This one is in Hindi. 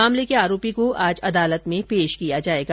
मामले के आरोपी को आज अदालत में पेश किया जायेगा